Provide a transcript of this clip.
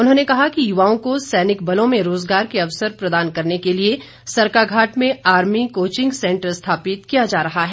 उन्होंने कहा कि युवाओं को सैनिक बलों में रोजगार के अवसर प्रदान करने के लिए सरकाघाट में आर्मी कोचिंग सेंटर स्थापित किया जा रहा है